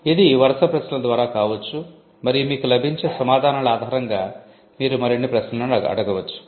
ఇది వరుస ప్రశ్నల ద్వారా కావచ్చు మరియు మీకు లభించే సమాధానాల ఆధారంగా మీరు మరిన్ని ప్రశ్నలను అడగవచ్చు